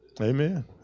Amen